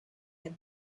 had